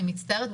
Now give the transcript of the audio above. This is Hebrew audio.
מצטערת,